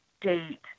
date